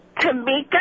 Tamika